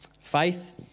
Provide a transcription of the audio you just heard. Faith